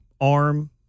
arm